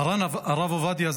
מרן הרב עובדיה,